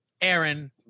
Aaron